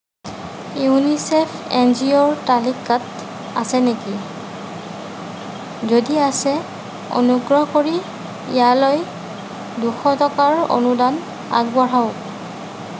UNICEF N G অ'ৰ তালিকাত আছে নেকি যদি আছে অনুগ্ৰহ কৰি ইয়ালৈ দুশ টকাৰ অনুদান আগবঢ়াওক